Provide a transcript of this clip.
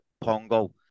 Pongo